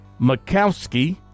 Makowski